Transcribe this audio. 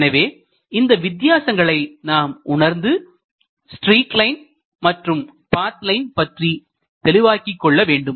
எனவே இந்த வித்தியாசங்களை நாம் உணர்ந்து ஸ்ட்ரீக் லைன் மற்றும் பாத் லைன் பற்றி தெளிவாக்கிக் கொள்ள வேண்டும்